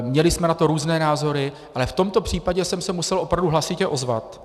Měli jsme na to různé názory, ale v tomto případě jsem se musel opravdu hlasitě ozvat.